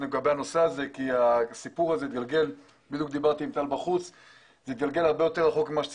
בנושא זה כי הסיפור הזה התגלגל רחוק יותר מכפי שציפינו.